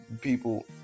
People